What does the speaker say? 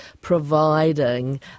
providing